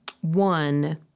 One